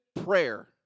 prayer